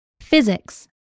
physics